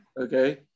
Okay